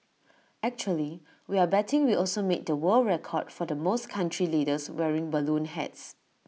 actually we're betting we also made the world record for the most country leaders wearing balloon hats